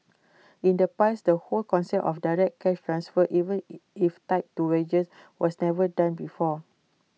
in the past that whole concept of direct cash transfers even if tied to wages was never done before